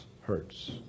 hurts